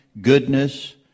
goodness